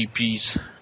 GPs